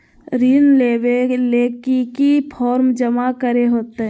ऋण लेबे ले की की फॉर्म जमा करे होते?